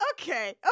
Okay